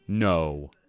No